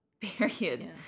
period